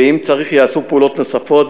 ואם צריך ייעשו פעולות נוספות,